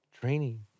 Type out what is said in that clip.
Training